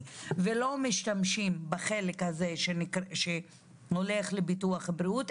ולא משתמשים בחלק הזה שהולך לביטוח בריאות,